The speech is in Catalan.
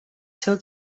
seu